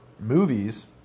movies